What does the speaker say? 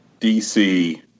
DC